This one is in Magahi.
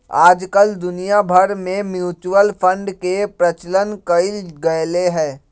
आजकल दुनिया भर में म्यूचुअल फंड के प्रचलन कइल गयले है